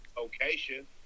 location